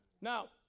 Now